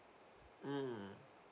mm